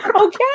Okay